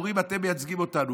ואומרים: אתם מייצגים אותנו,